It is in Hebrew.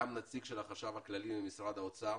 גם נציג של החשב הכללי במשרד האוצר